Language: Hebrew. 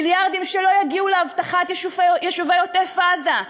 מיליארדים שלא יגיעו לאבטחת יישובי עוטף-עזה,